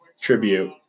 tribute